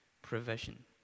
Provision